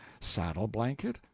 saddle-blanket